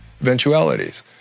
eventualities